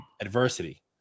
adversity